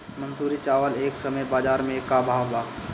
मंसूरी चावल एह समय बजार में का भाव बा?